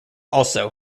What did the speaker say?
also